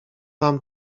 wam